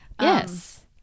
Yes